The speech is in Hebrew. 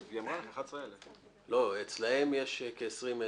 היא אמרה, 11,000. לא, אצלם יש כ-20,000